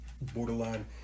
borderline